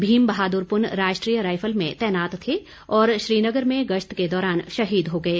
भीम बहादुर पुन राष्ट्रीय राईफल में तैनात थे और श्रीनगर में गश्त के दौरान शहीद हो गए